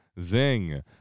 Zing